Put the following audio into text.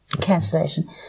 cancellation